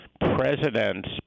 president's